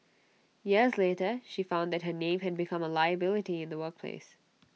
years later she found that her name had become A liability in the workplace